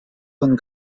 von